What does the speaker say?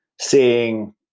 seeing